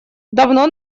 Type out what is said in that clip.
давно